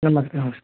नमस्ते नमस्ते